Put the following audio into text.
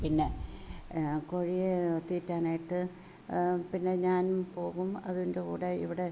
പിന്നെ കോഴിയെ തീറ്റാനായിട്ട് പിന്നെ ഞാൻ പോകും അതിൻ്റെ കൂടെ ഇവിടെ